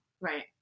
Right